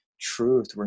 Truth